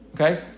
okay